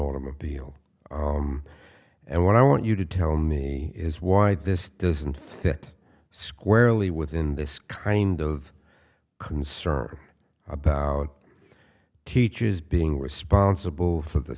automobile and what i want you to tell me is why this doesn't fit squarely within this kind of concern about teachers being responsible for the